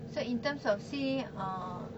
so in terms of say uh